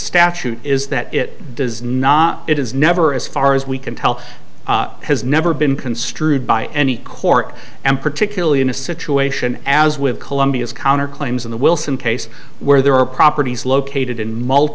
statute is that it does not it is never as far as we can tell has never been construed by any court and particularly in a situation as with columbia's counterclaims in the wilson case where there are properties located in multi